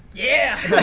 yeah.